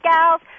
Gals